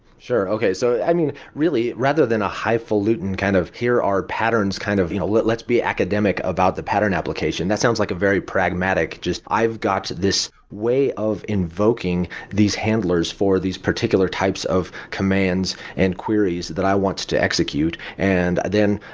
sure. okay. so really, rather than a highfalutin kind of, here are patterns kind of you know let's be academic about the pattern application. that sounds like a very pragmatic, just, i've got this way of invoking these handlers for these particular types of commands and queries that i want to execute. and then,